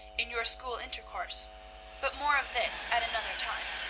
in your school intercourse but more of this at another time.